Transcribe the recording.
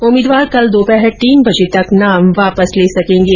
उम्मीदवार कल दोपहर तीन बजे तक नाम वापिस ले सकेंगे